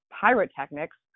pyrotechnics